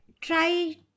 try